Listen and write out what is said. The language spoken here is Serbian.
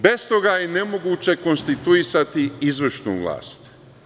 Bez toga je nemoguće konstituisati izvršnu vlast.